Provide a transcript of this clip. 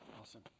Awesome